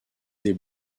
des